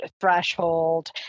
threshold